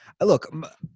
Look